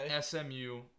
SMU